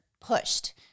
pushed